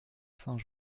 saint